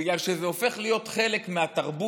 בגלל שזה הופך להיות חלק מהתרבות,